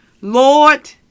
Lord